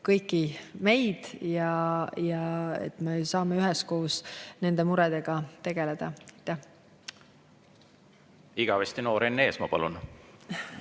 kõiki meid ja me saame üheskoos nende muredega tegeleda. Igavesti noor Enn Eesmaa, palun!